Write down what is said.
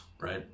right